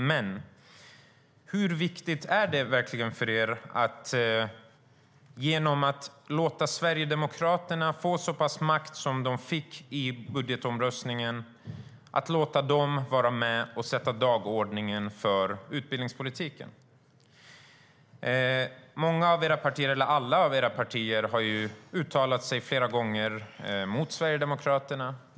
Men hur viktigt är det för er att låta Sverigedemokraterna vara med och sätta dagordningen för utbildningspolitiken genom att låta dem få så pass mycket makt som de fick i budgetomröstningen? Alla allianspartier har uttalat sig flera gånger mot Sverigedemokraterna.